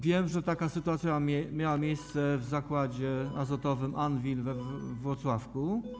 Wiem, że taka sytuacja miała miejsce w Zakładzie Azotowym Anwil we Włocławku.